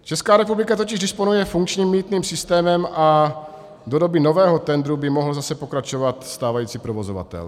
Česká republika totiž disponuje funkčním mýtným systémem a do doby nového tendru by mohl zase pokračovat stávající provozovatel.